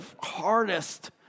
hardest